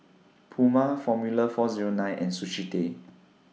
Puma Formula four Zero nine and Sushi Tei